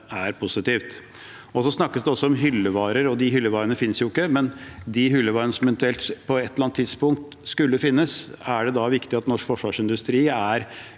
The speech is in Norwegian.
er positivt. Det snakkes også om hyllevarer, og de hyllevarene finnes jo ikke, men de hyllevarene som eventuelt på et eller annet tidspunkt skulle finnes, er det da viktig at norsk forsvarsindustri er